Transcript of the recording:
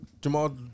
Jamal